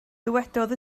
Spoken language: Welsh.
dywedodd